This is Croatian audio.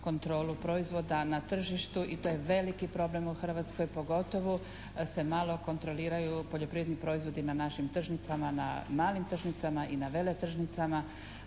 kontrolu proizvoda na tržištu i to je veliki problem u Hrvatskoj pogotovo se malo kontroliraju poljoprivredni proizvodi na našim tržnicama, na malim tržnicama i na veletržnicama.